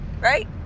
right